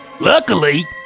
Luckily